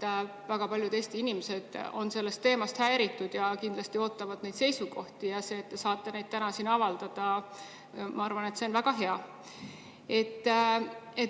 sest väga paljud Eesti inimesed on sellest teemast häiritud ja kindlasti ootavad neid seisukohti. See, et te saate neid täna siin avaldada, on minu arvates väga hea.